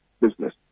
business